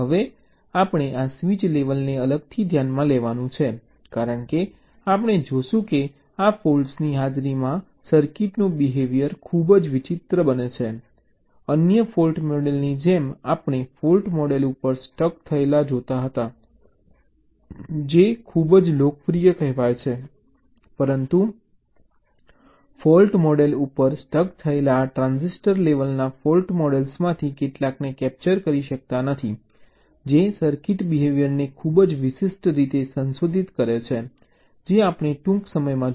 હવે આપણે આ સ્વીચ લેવલને અલગથી ધ્યાનમાં લેવાનું છે કારણ કે આપણે જોશું કે આ ફૉલ્ટ્ની હાજરીમાં સર્કિટનું બિહેવીઅર ખૂબ જ વિચિત્ર બને છે અન્ય ફૉલ્ટ મૉડલની જેમ આપણે ફૉલ્ટ મૉડલ ઉપર સ્ટક થયેલા જોતા હતા જે ખૂબ જ લોકપ્રિય કહેવાય છે પરંતુ ફૉલ્ટ મૉડલ ઉપર સ્ટક થયેલા આ ટ્રાન્ઝિસ્ટર લેવલના ફૉલ્ટ મૉડલ્સમાંથી કેટલાકને કૅપ્ચર કરી શકતા નથી જે સર્કિટ બિહેવીઅરને ખૂબ જ વિશિષ્ટ રીતે સંશોધિત કરે છે જે આપણે ટૂંક સમયમાં જોઈશું